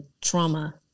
trauma